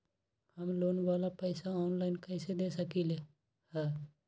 हम लोन वाला पैसा ऑनलाइन कईसे दे सकेलि ह?